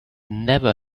never